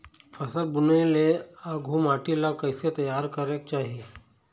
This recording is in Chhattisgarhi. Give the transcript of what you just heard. फसल बुने ले आघु माटी ला कइसे तियार करेक चाही?